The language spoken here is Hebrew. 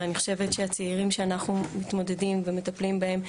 ואני חושבת שהצעירים שאנחנו מתמודדים ומטפלים בהם,